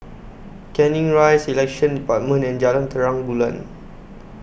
Canning Rise Elections department and Jalan Terang Bulan